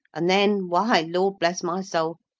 and then, why, lord bless my soul,